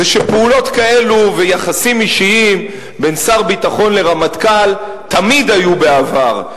שפעולות כאלה ויחסים אישיים בין שר ביטחון לרמטכ"ל תמיד היו בעבר,